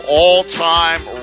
all-time